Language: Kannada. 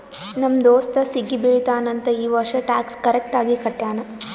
ನಮ್ ದೋಸ್ತ ಸಿಗಿ ಬೀಳ್ತಾನ್ ಅಂತ್ ಈ ವರ್ಷ ಟ್ಯಾಕ್ಸ್ ಕರೆಕ್ಟ್ ಆಗಿ ಕಟ್ಯಾನ್